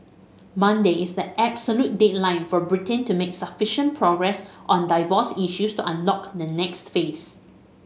Monday is the absolute deadline for Britain to make sufficient progress on divorce issues to unlock the next phase